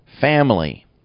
family